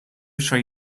shall